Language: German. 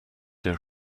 der